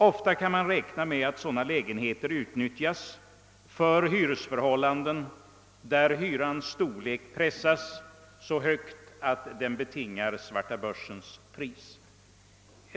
Ofta kan man räkna med att sådana lägenheter utnyttjas så, att hyrans storlek pressas upp till svartabörs Pris.